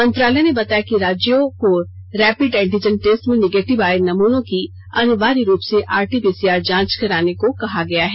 मंत्रालय ने बताया कि राज्यों को रैपिड एंटीजन टेस्ट में निगेटिव आए नमूनों की अनिवार्य रूप से आरटी पीसीआर जांच कराने को कहा गया है